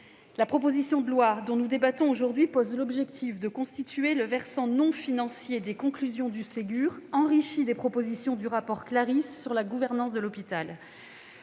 La proposition de loi dont nous débattons aujourd'hui a pour objectif de traduire le versant non financier des conclusions du Ségur, enrichi des propositions du rapport Claris sur la gouvernance de l'hôpital.